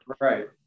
right